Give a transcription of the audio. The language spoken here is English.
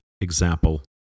example